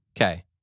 Okay